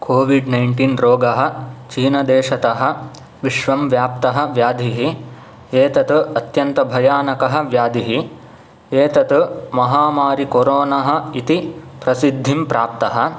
COVID nineteen रोगः चीनादेशतः विश्वं व्याप्तः व्याधिः एतत् अत्यन्तभयानकः व्याधिः एतत् महामारि कोरोनः इति प्रसिद्धिं प्राप्तः